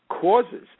causes